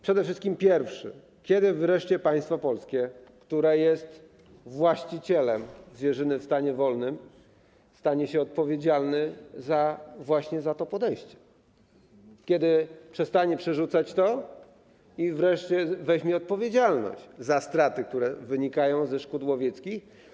Przede wszystkim pierwsza rzecz: Kiedy wreszcie państwo polskie, które jest właścicielem zwierzyny w stanie wolnym, stanie się odpowiedzialne właśnie za to podejście, kiedy przestanie to przerzucać i wreszcie weźmie odpowiedzialność za straty, które wynikają ze szkód łowieckich?